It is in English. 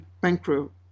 bankrupt